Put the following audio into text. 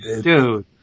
Dude